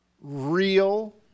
real